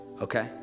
okay